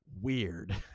weird